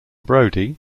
brody